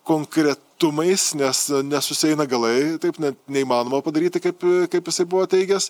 konkretumais nes nesusieina galai taip net neįmanoma padaryti kaip kaip jisai buvo teigęs